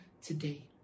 today